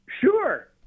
Sure